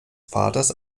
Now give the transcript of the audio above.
vaters